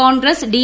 Congress D